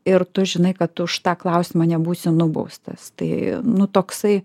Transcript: ir tu žinai kad už tą klausimą nebūsi nubaustas tai nu toksai